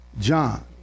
John